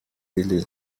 really